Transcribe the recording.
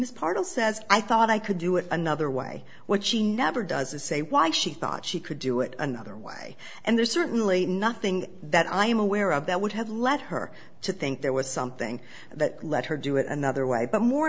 is part of says i thought i could do it another way what she never does is say why she thought she could do it another way and there's certainly nothing that i'm aware of that would have led her to think there was something that let her do it another way but more